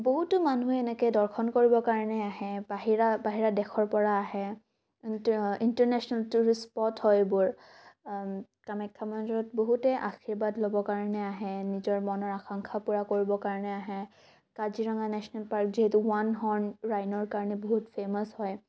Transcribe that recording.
বহুতো মানুহ এনেকৈ দৰ্শন কৰিবৰ কাৰণে আহে বাহিৰা বাহিৰা দেশৰ পৰা আহে ইণ্টা ইণ্টাৰনেশ্যনেল টুৰিষ্ট স্পট হয় এইবোৰ কামাখ্যা মন্দিৰত বহুতে আশীৰ্বাদ ল'বৰ কাৰণে আহে নিজৰ মনৰ আকাংক্ষা পুৰা কৰিবৰ কাৰণে আহে কাজিৰঙা নেশ্যনেল পাৰ্ক যিহেতু ওৱান হৰ্ণ ৰাইণ'ৰ কাৰণে বহুত ফেমাচ হয়